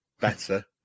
better